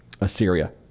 Assyria